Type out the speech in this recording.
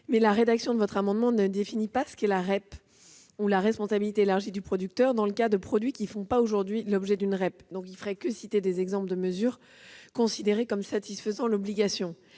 par l'amendement n° 191 ne définit pas ce qu'est la responsabilité élargie du producteur dans le cas de produits qui ne font pas aujourd'hui l'objet d'une REP. Elle se borne à citer des exemples de mesures considérées comme satisfaisant l'obligation.